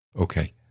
Okay